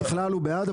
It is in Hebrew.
בכלל הוא בעד,